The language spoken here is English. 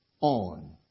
on